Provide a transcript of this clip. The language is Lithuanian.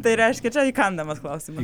tai reiškia čia įkandamas klausimas